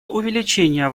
увеличение